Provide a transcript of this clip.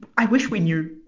i wish we knew